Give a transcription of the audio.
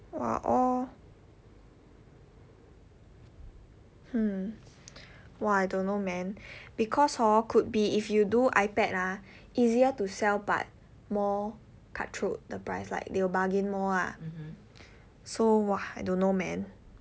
!wah! all hmm !wah! I don't know man because hor could be if you do ipad ah easier to sell but more cut throat the price like they will bargin more ah so !wah! I don't know man